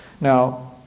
Now